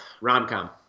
Rom-com